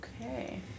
Okay